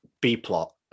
B-plot